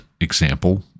example